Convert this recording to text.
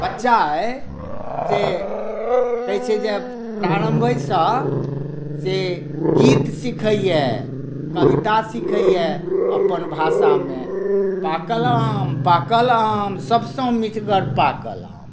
बच्चा अहि से कहै छै जे प्रारम्भे सँ से गीत सिखैया कविता सिखैया अपन भाषामे पाकल आम पाकल आम सभसँ मिठगर पाकल आम